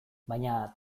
baina